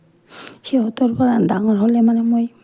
সিহঁতৰ পৰা ডাঙৰ হ'লে মানে মই